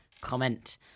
comment